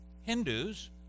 Hindus